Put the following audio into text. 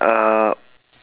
uh